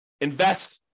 invest